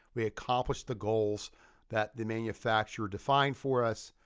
we accomplished the goals that the manufacturer defined for us.